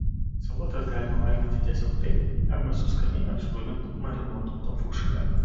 salotas galima valgyti tiesiog taip arba su skaniai apskrudintu marinuotu tofu šalia